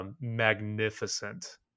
Magnificent